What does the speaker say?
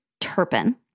Turpin